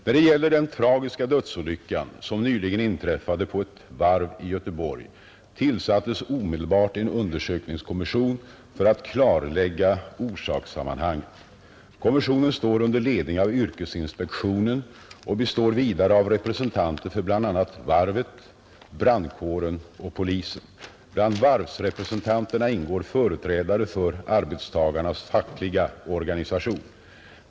När det gäller den tragiska dödsolyckan som nyligen inträffade på ett varv i Göteborg tillsattes omedelbart en undersökningskommision för att klarlägga orsakssammanhanget. Kommissionen står under ledning av yrkesinspektionen och består vidare av representanter för bl.a. varvet, brandkåren och polisen. Bland varvsrepresentanterna ingår företrädare för arbetstagarnas fackliga organisation.